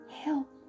help